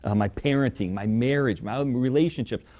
ah my parenting, my marriage, my um relationships.